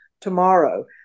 tomorrow